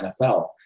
NFL